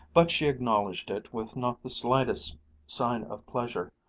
but she acknowledged it with not the smallest sign of pleasure,